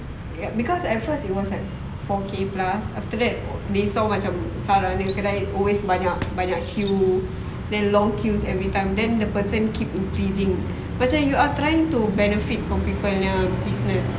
yup because at first it was at four K plus after that they saw macam sara punya kedai always banyak banyak queue then long queue every time then the person keep increasing macam you are trying to benefit from people punya business